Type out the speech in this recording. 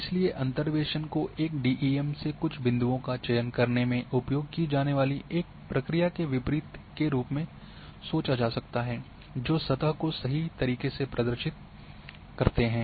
इसलिए अंतर्वेसन को एक डीईएम से कुछ बिंदुओं का चयन करने में उपयोग की जाने वाली एक प्रक्रिया के विपरीत के रूप में सोचा जा सकता है जो सतह को सही तरीके से प्रदर्शित करते हैं